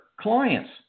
clients